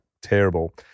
terrible